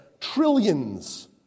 trillions